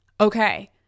okay